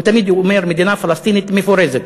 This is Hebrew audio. הוא תמיד אומר מדינה פלסטינית מפורזת.